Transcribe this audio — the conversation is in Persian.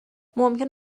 ممکن